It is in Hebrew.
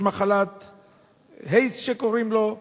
יש מחלה שנקראת איידס,